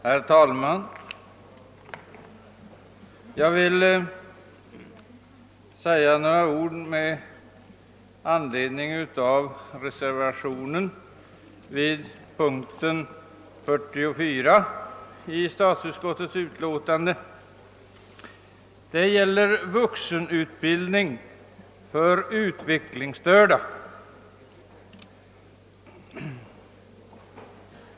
Herr talman! Jag vill säga några ord med anledning av reservation 15 vid punkt 44 i statsutskottets utlåtande nr 5. Det gäller vuxenutbildningen av utvecklingsstörda.